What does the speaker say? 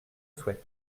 souhaite